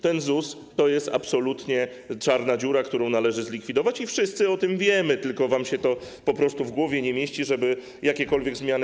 Ten ZUS to jest absolutnie czarna dziura, którą należy zlikwidować i wszyscy o tym wiemy, tylko wam się to po prostu w głowie nie mieści, żeby dokonać jakiejkolwiek zmiany.